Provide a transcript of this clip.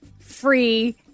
free